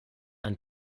ein